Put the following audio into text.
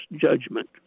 judgment